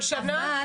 כל שנה?